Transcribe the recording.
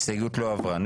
ההסתייגות לא עברה.